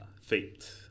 Fate